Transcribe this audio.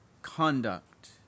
conduct